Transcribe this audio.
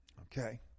Okay